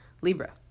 Libra